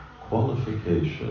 qualification